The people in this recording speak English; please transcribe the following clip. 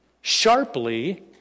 sharply